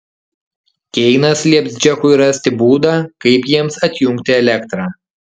keinas lieps džekui rasti būdą kaip jiems atjungti elektrą